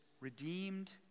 redeemed